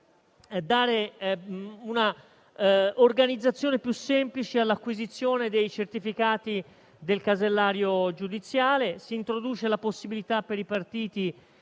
dare un'organizzazione più semplice all'acquisizione dei certificati del casellario giudiziale, introducendo la possibilità per i partiti